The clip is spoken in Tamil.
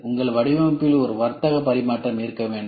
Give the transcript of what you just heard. உங்கள் வடிவமைப்பில் ஒரு வர்த்தக பரிமாற்றம் இருக்க வேண்டும்